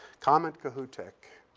comet kohoutek.